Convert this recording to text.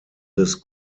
des